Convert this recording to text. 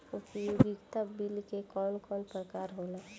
उपयोगिता बिल के कवन कवन प्रकार होला?